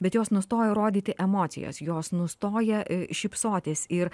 bet jos nustoja rodyti emocijas jos nustoja šypsotis ir